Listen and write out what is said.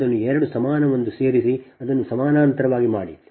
ನೀವು ಅದನ್ನು ಎರಡು ಸಮಾನವೆಂದು ಸೇರಿಸಿ ಅದನ್ನು ಸಮಾನಾಂತರವಾಗಿ ಮಾಡಿ